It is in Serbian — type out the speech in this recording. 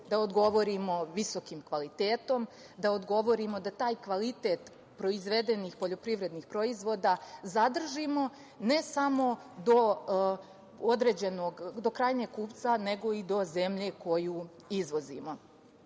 da odgovorimo visokim kvalitetom, da odgovorimo da taj kvalitet proizvedenih poljoprivrednih proizvoda zadržimo, ne samo do krajnjeg kupca, nego i do zemlje koju izvozimo. Ovo